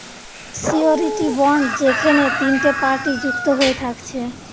surety bond যেখেনে তিনটে party যুক্ত হয়ে থাকছে